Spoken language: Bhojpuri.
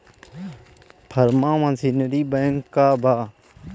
फार्म मशीनरी बैंक का बा?